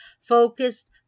focused